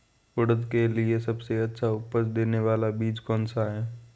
उड़द के लिए सबसे अच्छा उपज देने वाला बीज कौनसा है?